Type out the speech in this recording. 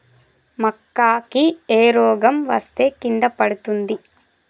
మక్కా కి ఏ రోగం వస్తే కింద పడుతుంది?